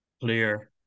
clear